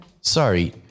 Sorry